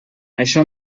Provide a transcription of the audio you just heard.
això